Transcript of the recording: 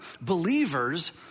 believers